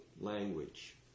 language